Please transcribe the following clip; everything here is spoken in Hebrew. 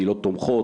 קהילות תומכות,